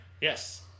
Yes